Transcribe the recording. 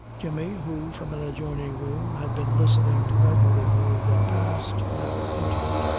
jemmy, who, from an adjoining room, had been listening to every word that passed, now entered.